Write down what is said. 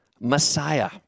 Messiah